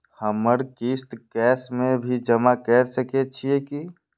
हमर किस्त कैश में भी जमा कैर सकै छीयै की?